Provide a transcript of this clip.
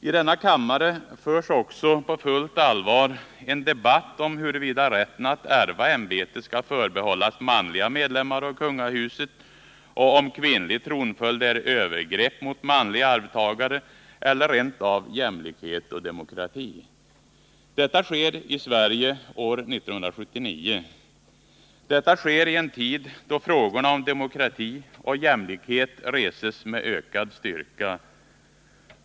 I denna kammare förs också på fullt allvar en debatt om huruvida rätten att ärva ämbetet skall förbehållas manliga medlemmar av kungahuset och om huruvida kvinnlig tronföljd innebär ett övergrepp mot manliga arvtagare eller rent av jämlikhet och demokrati! Detta sker i Sverige år 1979. Detta sker i en tid, då frågorna om demokrati och jämlikhet reses med ökad styrka.